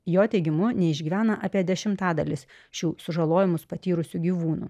jo teigimu neišgyvena apie dešimtadalis šių sužalojimus patyrusių gyvūnų